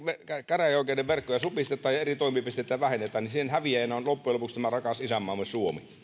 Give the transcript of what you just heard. käräjäoikeuden verkkoja supistetaan ja eri toimipisteitä vähennetään siinä häviäjänä on loppujen lopuksi rakas isänmaamme suomi